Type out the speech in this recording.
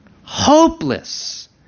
Hopeless